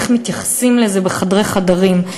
איך מתייחסים לזה בחדרי-חדרים,